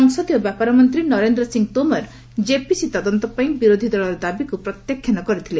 ସଂସଦୀୟ ବ୍ୟାପାର ମନ୍ତ୍ରୀ ନରେନ୍ଦ୍ର ସିଂହ ତୋମର କେପିସି ତଦନ୍ତ ପାଇଁ ବିରୋଧୀ ଦଳର ଦାବିକୁ ପ୍ରତ୍ୟାଖ୍ୟାନ କରିଥିଲେ